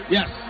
Yes